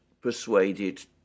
persuaded